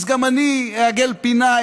אז גם אני אעגל פינה,